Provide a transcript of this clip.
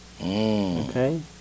Okay